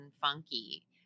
funky